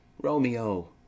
Romeo